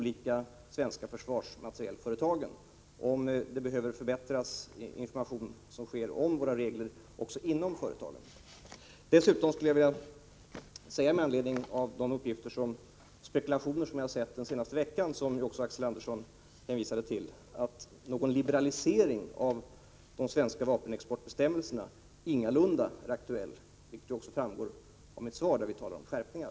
Malmen kommer ursprungligen från Sydafrika. I Basttjärnsgruvan i Ljusnarsbergs kommun finns manganhaltig malm, men driften i gruvan är nedlagd. Ärindustriministern beredd att medverka till att importen av sydafrikansk manganmalm stoppas och att försörjningen sker genom svensk malm, bl.a. genom att Basttjärnsgruvan öppnas på nytt?